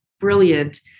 brilliant